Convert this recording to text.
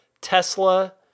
Tesla